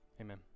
Amen